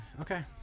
Okay